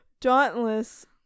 dauntless